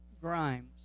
Grimes